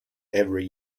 every